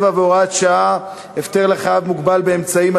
47 והוראת שעה) (הפטר לחייב מוגבל באמצעים),